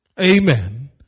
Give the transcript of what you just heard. Amen